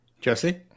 Jesse